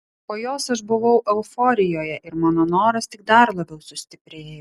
po jos aš buvau euforijoje ir mano noras tik dar labiau sustiprėjo